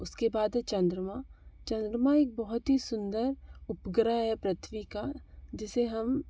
उसके बाद है चंद्रमा चंद्रमा एक बहुत ही सुंदर उपग्रह है पृथ्वी का जिसे हम